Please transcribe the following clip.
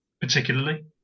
particularly